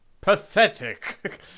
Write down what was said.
Pathetic